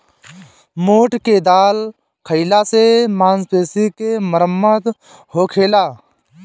मोठ के दाल खाईला से मांसपेशी के मरम्मत होखेला